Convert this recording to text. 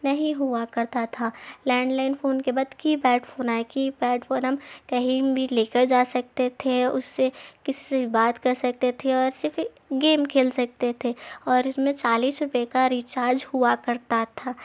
نہیں ہوا کرتا تھا لینڈ لائن فون کے بعد کی پیڈ فون آئے کی پیڈ فون ہم کہیں بھی لے کر جا سکتے تھے اس سے کسی سے بھی بات کر سکتے تھے اور صرف گیم کھیل سکتے تھے اور اس میں چالیس روپے کا ریچارج ہوا کرتا تھا